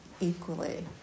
equally